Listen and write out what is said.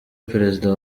perezida